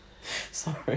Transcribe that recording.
Sorry